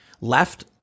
left